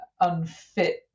unfit